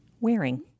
wearing